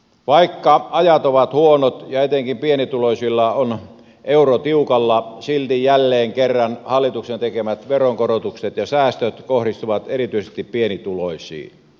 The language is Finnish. vaikka ajat ovat huonot ja etenkin pienituloisilla on euro tiukalla silti jälleen kerran hallituksen tekemät veronkorotukset ja säästöt kohdistuvat erityisesti pienituloisiin